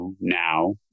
now